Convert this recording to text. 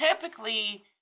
typically